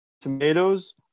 tomatoes